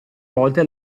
volte